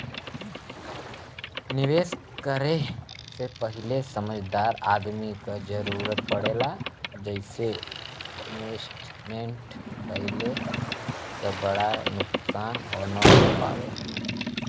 निवेश करे से पहिले समझदार आदमी क जरुरत पड़ेला जइसे इन्वेस्टमेंट कइले क बड़ा नुकसान न हो पावे